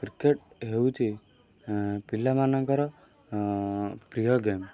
cricket ହେଉଛି ପିଲାମାନଙ୍କର ପ୍ରିୟ ଗେମ୍